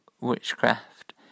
witchcraft